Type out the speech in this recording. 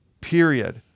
period